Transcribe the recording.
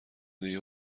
دیگه